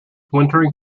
wintering